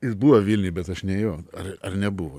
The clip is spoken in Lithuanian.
jis buvo vilniuj bet aš nėjau ar ar nebuvo